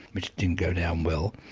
which didn't go down well.